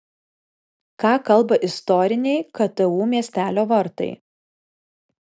ką kalba istoriniai ktu miestelio vartai